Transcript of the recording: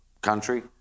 country